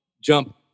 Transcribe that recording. jump